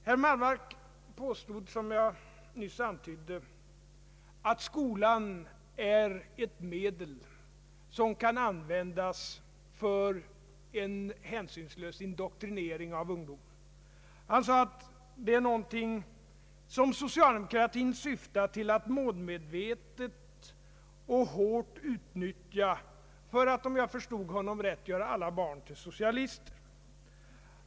Herr Wallmark påstod, som jag nyss antydde, att skolan är ett medel som kan användas för en hänsynslös indoktrinering av ungdomen. Han sade att det var någonting som socialdemokratin syftade till för att målmedvetet, om jag förstod honom rätt, göra alla barn till socialister.